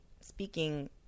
Speaking